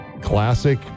classic